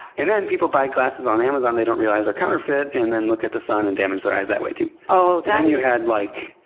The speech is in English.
and then people buy glasses on amazon they don't realize are counterfeit, and then look at the sun, and damage their eyes that way too. and then you had like,